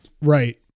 Right